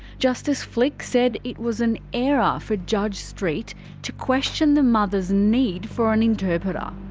justice flick said it was an error ah for judge street to question the mother's need for an interpreter.